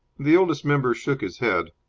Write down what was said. the oldest member shook his head.